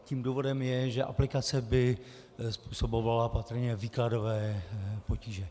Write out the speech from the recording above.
Tím důvodem je, že aplikace by způsobovala patrně výkladové potíže.